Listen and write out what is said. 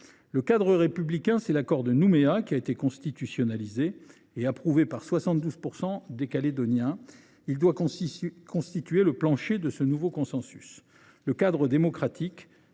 Le cadre républicain, c’est l’accord de Nouméa qui a été constitutionnalisé et approuvé par 72 % des Calédoniens. Il doit constituer le plancher de ce nouveau consensus. Le cadre démocratique,